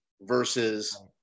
versus